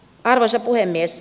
arvoisa puhemies